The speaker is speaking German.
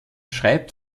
schreibt